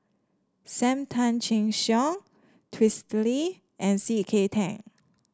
Sam Tan Chin Siong and C K Tan